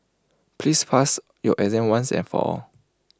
please pass your exam once and for all